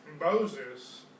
Moses